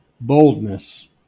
boldness